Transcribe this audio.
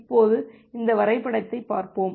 இப்போது இந்த வரைபடத்தைப் பார்ப்போம்